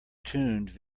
tuned